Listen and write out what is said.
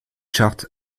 charts